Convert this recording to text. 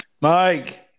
Mike